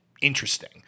interesting